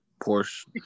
Porsche